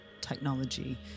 technology